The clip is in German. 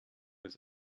des